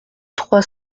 trois